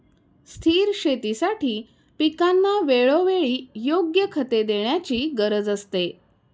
स्थिर शेतीसाठी पिकांना वेळोवेळी योग्य खते देण्याची गरज असते